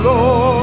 Lord